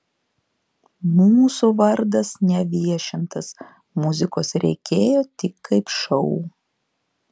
mūsų vardas neviešintas muzikos reikėjo tik kaip šou